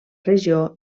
regió